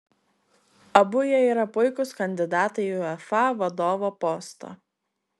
abu jie yra puikūs kandidatai į uefa vadovo postą